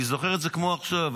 אני זוכר את זה כמו עכשיו,